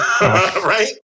right